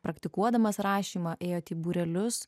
praktikuodamas rašymą ėjote į būrelius